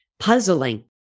Puzzling